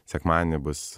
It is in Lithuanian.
sekmadienį bus